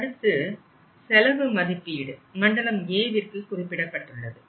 அடுத்து செலவு மதிப்பீடு மண்டலம் Aவிற்கு குறிப்பிடப்பட்டுள்ளது